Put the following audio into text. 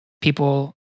people